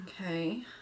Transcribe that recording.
Okay